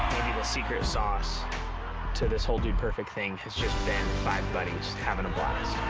the the secret sauce to this whole dude perfect thing has just been five buddies having a blast.